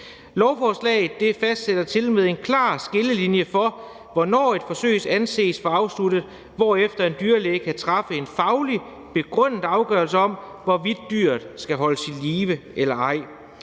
Lovforslaget fastsætter tilmed en klar skillelinje for, hvornår et forsøg anses for afsluttet, hvorefter en dyrlæge kan træffe en fagligt begrundet afgørelse om, hvorvidt dyret skal holdes i live eller ej.